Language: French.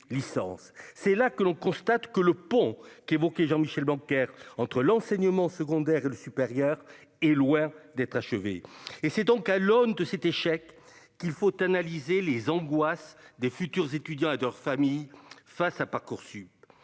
c'est là que l'on constate que le pont qui évoquait Jean-Michel bancaire entre l'enseignement secondaire et le supérieur est loin d'être achevée, et c'est donc à l'aune de cet échec qu'il faut analyser les angoisses des futurs étudiants adore famille face à Parcoursup